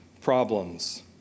problems